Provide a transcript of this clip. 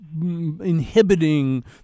inhibiting